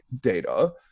data